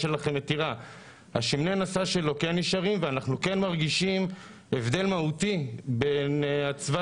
אנחנו כן מרגישים הבדל מהותי מאצווה